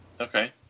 Okay